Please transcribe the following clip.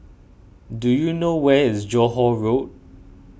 do you know where is Johore Road